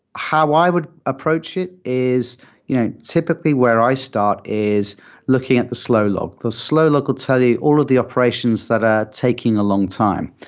how i would approach it is you know typically where i start is looking at the slow log. the slow log will tell you all of the operations that are taking a long time.